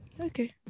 Okay